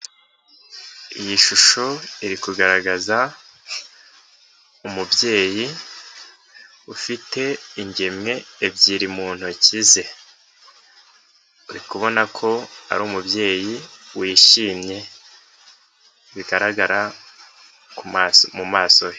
Iyi shusho iri kugaragaza umubyeyi ufite ingemwe ebyiri mu ntoki ze. Uri kubona ko ari umubyeyi wishimye bigaragara mu maso he.